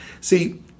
See